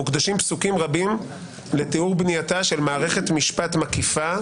מוקדשים פסוקים רבים לתיאור בנייתה של מערכת משפט מקיפה,